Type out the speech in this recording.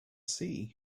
sea